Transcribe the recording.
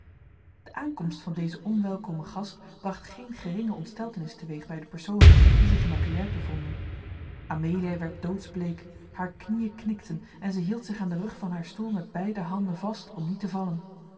de aankomst van dezen onwelkomen gast bracht geen geringe ontsteltenis teweeg bij de personen die zich in de kajuit bevonden amelia werd doodsbleek haar knieën knikten en zij hield zich aan den rug van haar stoel met beide handen vast om niet te vallen